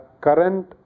current